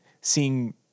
Seeing